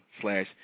slash